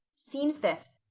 scene fifth.